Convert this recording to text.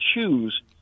choose